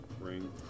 ring